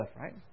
Right